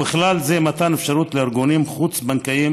ובכלל זה מתן אפשרות לארגונים חוץ-בנקאיים